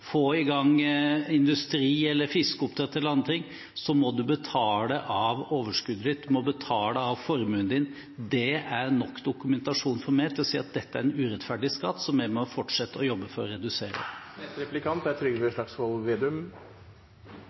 få i gang industri eller fiskeoppdrett eller andre ting, må du betale av overskuddet ditt, du må betale av formuen din. Det er nok dokumentasjon for meg til å si at dette er en urettferdig skatt som vi må fortsette å jobbe for å redusere. Trond Helleland er